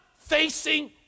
facing